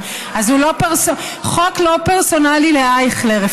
ממשלה, אייכלר?